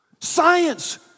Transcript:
Science